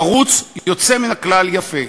ערוץ יוצא מן הכלל, יפה.